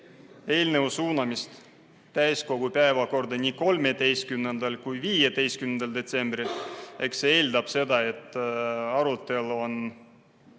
eelnõu suunamist täiskogu päevakorda nii 13. kui ka 15. detsembriks, eks see eeldab seda, et arutelu on